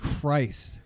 Christ